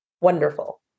wonderful